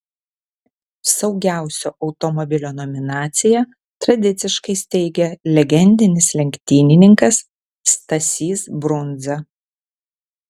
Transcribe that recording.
saugiausio automobilio nominaciją tradiciškai steigia legendinis lenktynininkas stasys brundza